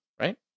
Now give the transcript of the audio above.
right